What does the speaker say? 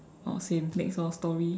oh same next orh story